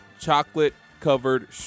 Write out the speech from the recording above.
Chocolate-Covered